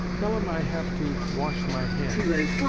tell him i have to wash my hands.